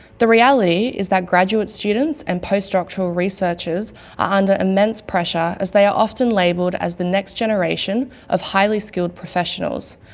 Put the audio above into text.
the reality is that graduate students and post-doctoral researchers are ah under immense pressure as they are often labelled as the next generation of highly-skilled professionals,